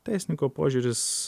teisininko požiūris